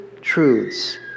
truths